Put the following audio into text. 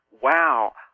Wow